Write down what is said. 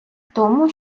тому